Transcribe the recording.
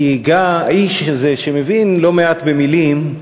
כי האיש הזה, שמבין לא מעט במילים,